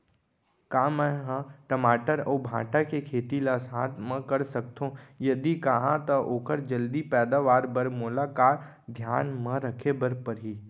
का मै ह टमाटर अऊ भांटा के खेती ला साथ मा कर सकथो, यदि कहाँ तो ओखर जलदी पैदावार बर मोला का का धियान मा रखे बर परही?